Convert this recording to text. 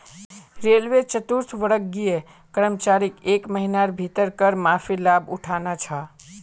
railway चतुर्थवर्गीय कर्मचारीक एक महिनार भीतर कर माफीर लाभ उठाना छ